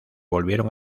volvieron